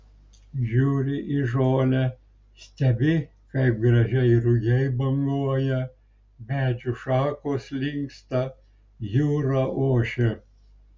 žiūri į žolę stebi kaip gražiai rugiai banguoja medžių šakos linksta jūra ošia